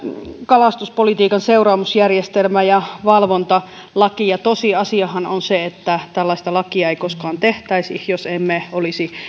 kalastuspolitiikan seuraamusjärjestelmä ja valvontalaki tosiasiahan on se että tällaista lakia ei koskaan tehtäisi jos emme olisi